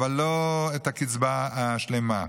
אבל לא את הקצבה השלמה,